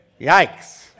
Yikes